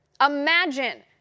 Imagine